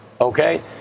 Okay